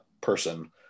person